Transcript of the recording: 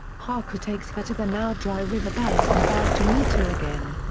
haku takes her to the now dry riverbed and vows to meet her again.